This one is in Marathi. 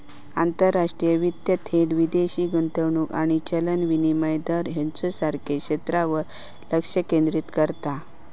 आंतरराष्ट्रीय वित्त थेट विदेशी गुंतवणूक आणि चलन विनिमय दर ह्येच्यासारख्या क्षेत्रांवर लक्ष केंद्रित करता